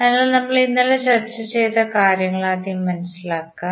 അതിനാൽ നമ്മൾ ഇന്നലെ ചർച്ച ചെയ്ത കാര്യങ്ങൾ ആദ്യം മനസിലാക്കാം